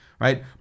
right